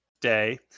day